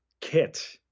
kit